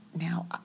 Now